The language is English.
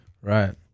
right